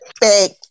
big